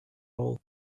all